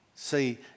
See